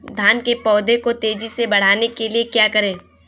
धान के पौधे को तेजी से बढ़ाने के लिए क्या करें?